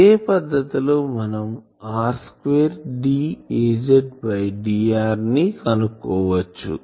ఇదే పద్ధతి లో మనం r2dAz dr ని కనుక్కోవచ్చు